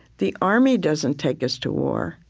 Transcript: the army doesn't take us to war.